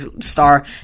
star